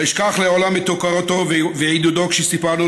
לא אשכח לעולם את הוקרתו ועידודו כשסיפרנו